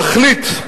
תחליט: